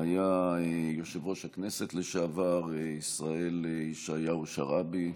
היה יושב-ראש הכנסת לשעבר ישראל ישעיהו שרעבי,